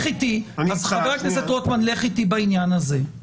חבר הכנסת רוטמן, לך איתי בעניין הזה.